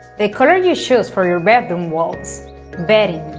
the color you choose for your bedroom walls bedding,